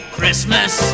Christmas